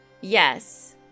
Yes